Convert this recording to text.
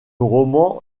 roman